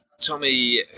Tommy